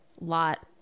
lot